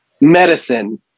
medicine